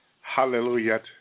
Hallelujah